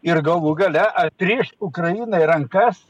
ir galų gale atrišt ukrainai rankas